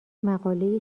مقاله